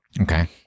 Okay